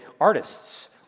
artists